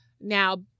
Now